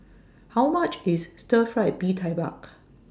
How much IS Stir Fried Mee Tai Mak